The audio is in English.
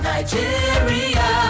Nigeria